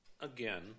Again